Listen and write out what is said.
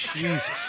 Jesus